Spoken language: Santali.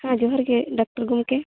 ᱡᱚᱦᱟᱨ ᱜᱮ ᱰᱟᱠᱛᱚᱨ ᱜᱚᱢᱠᱮ